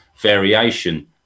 variation